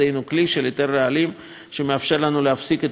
רעלים שמאפשר לנו להפסיק את פעילות המפעל.